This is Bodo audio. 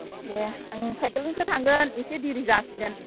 दे आं साइकेलजोंसो थांगोन एसे देरि जासिगोन